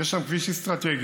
יש שם כביש אסטרטגי,